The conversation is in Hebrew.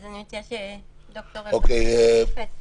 אני מציעה שד"ר אלרעי תשיב.